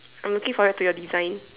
I'm looking forward to your design